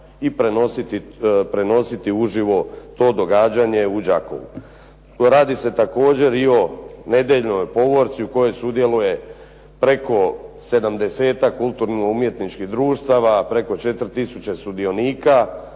i prenositi uživo to događanje u Đakovu. Radi se također i o nedjeljnoj povorci u kojoj sudjeluje preko 70-ak KUD-a, preko 4 tisuće sudionika.